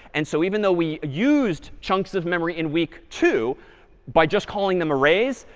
and so even though we used chunks of memory in week two by just calling them arrays,